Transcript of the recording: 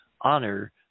honor